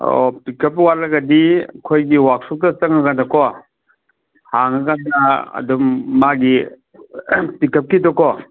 ꯑꯣ ꯄꯤꯛꯑꯞ ꯋꯥꯠꯂꯒꯗꯤ ꯑꯩꯈꯣꯏꯒꯤ ꯋꯥꯛꯁꯣꯞꯇ ꯆꯪꯂ ꯀꯥꯟꯗꯀꯣ ꯍꯥꯡꯂ ꯀꯥꯟꯗ ꯑꯗꯨꯝ ꯃꯥꯒꯤ ꯄꯤꯛꯑꯞꯀꯤꯗꯣꯀꯣ